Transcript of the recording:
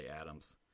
Adams